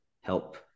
help